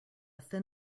thin